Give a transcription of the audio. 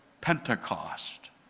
Pentecost